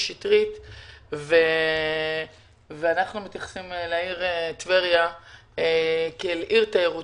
שטרית ואנחנו מתייחסים לעיר טבריה כאל עיר תיירותית.